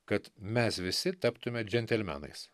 kad mes visi taptume džentelmenais